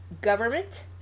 Government